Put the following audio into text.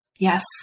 Yes